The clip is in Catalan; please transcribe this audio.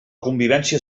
convivència